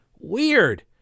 Weird